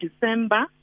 December